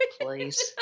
please